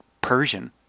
persian